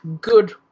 good